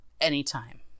Anytime